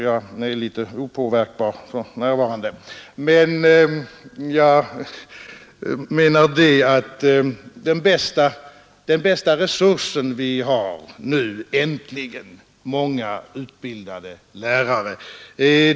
Jag är därför ganska opåverkbar för närvarande. Jag menar emellertid att den bästa resurs vi nu äntligen har är många utbildade lärare.